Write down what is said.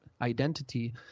identity